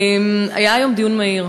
היה היום דיון מהיר,